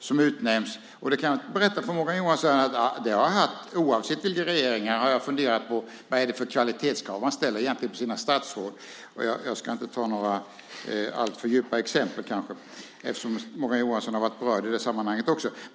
som utnämns. Jag kan berätta för Morgan Johansson att jag oavsett regering har funderat på vad det är för kvalitetskrav man ställer på sina statsråd. Jag ska inte ta några alltför djupa exempel, eftersom Morgan Johansson har varit berörd i det sammanhanget också.